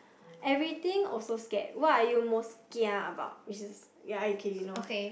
everything also scared what are you most kiah about you should ya okay you know